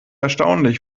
erstaunlich